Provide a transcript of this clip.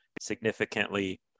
significantly